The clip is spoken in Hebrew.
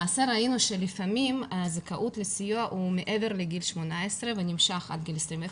ראינו שלפעמים הזכאות לסיוע היא מעבר לגיל 18 ונמשך עד גיל 21,